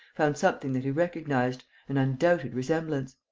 found something that he recognized, an undoubted resemblance.